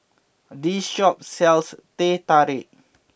this shop sells Teh Tarik